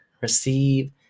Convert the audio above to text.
receive